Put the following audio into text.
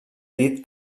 dit